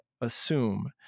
assume